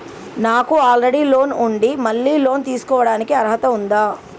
నాకు already loan ఉండి మళ్ళీ లోన్ తీసుకోవడానికి అర్హత ఉందా?